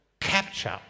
capture